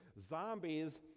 Zombies